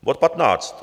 Bod 15.